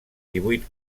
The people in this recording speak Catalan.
divuit